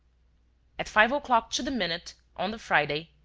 at five o'clock to the minute, on the friday,